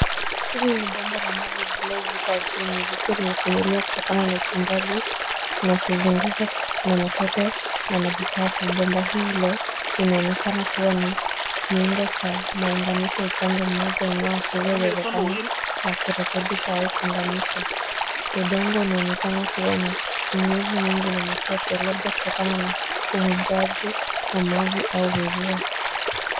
Hili ni bomba la maji liliozikwa ardhini likiwa limefunguliwa kutokana na uchimbaji na kuzungukwa na matope na maji chafu. Bomba hilo linaonekana kuwa ni kiungo cha maunganisho. Upande mmoja unaoashiria uwezekano wa kurekebisha au kuunganisha. Udongo unaoneka kuwa na unyevu mwingi na matope labda kutokana na uvujaji wa maji au mvua.